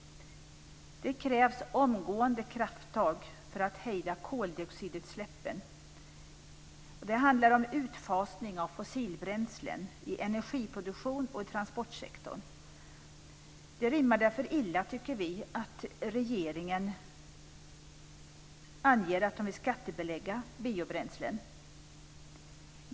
Det krävs omgående krafttag för att hejda koldioxidutsläppen. Det handlar om utfasning av fossilbränslen i energiproduktion och i transportsektorn. Det rimmar därför illa att regeringen vill skattebelägga biobränslen.